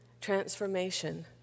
transformation